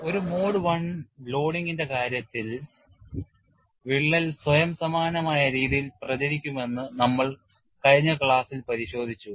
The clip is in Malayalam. ഒരു മോഡ് I ലോഡിംഗിന്റെ കാര്യത്തിൽ വിള്ളൽ സ്വയം സമാനമായ രീതിയിൽ പ്രചരിക്കുമെന്ന് നമ്മൾ കഴിഞ്ഞ ക്ലാസ്സിൽ പരിശോധിച്ചു